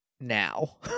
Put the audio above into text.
now